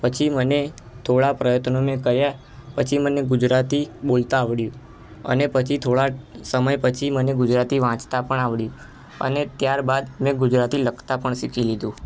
પછી મને થોડા પ્રયત્નો મેં કર્યા પછી મને ગુજરાતી બોલતાં આવડ્યું અને પછી થોડા સમય પછી મને ગુજરાતી વાંચતા પણ આવડ્યું અને ત્યાર બાદ મેં ગુજરાતી લખતા પણ શીખી લીધું